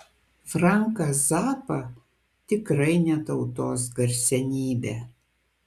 franką zappą tikrai ne tautos garsenybę